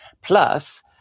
Plus